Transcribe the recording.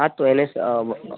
હા તો એને